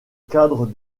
cadre